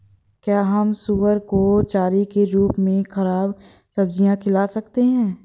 क्या हम सुअर को चारे के रूप में ख़राब सब्जियां खिला सकते हैं?